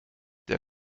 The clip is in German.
der